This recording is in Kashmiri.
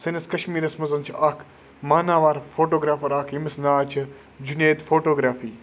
سٲنِس کَشمیٖرَس منٛز چھِ اَکھ ماناوَر فوٹوگرٛیفَر اَکھ ییٚمِس ناو چھِ جُنید فوٹوگرٛیفی